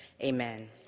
Amen